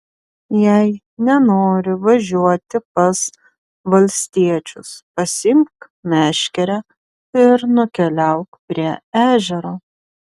jei nenori važiuoti pas valstiečius pasiimk meškerę ir nukeliauk prie ežero